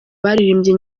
baririmbye